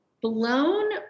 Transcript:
Blown